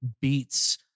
Beats